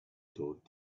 thought